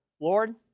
Lord